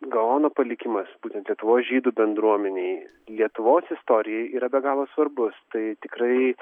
gaono palikimas būtent lietuvos žydų bendruomenei lietuvos istorijai yra be galo svarbus tai tikrai